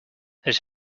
this